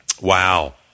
Wow